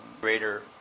greater